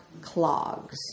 clogs